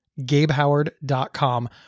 GabeHoward.com